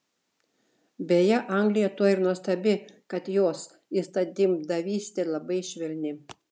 beje anglija tuo ir nuostabi kad jos įstatymdavystė labai švelni